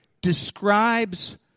describes